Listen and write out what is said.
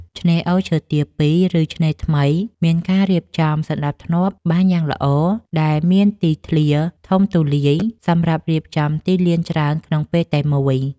ឆ្នេរអូរឈើទាលទី២ ឬឆ្នេរថ្មី មានការរៀបចំសណ្ដាប់ធ្នាប់បានយ៉ាងល្អ ដែលមានទីធ្លាធំទូលាយសម្រាប់រៀបចំទីលានច្រើនក្នុងពេលតែមួយ។